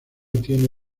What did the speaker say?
tiene